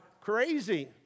crazy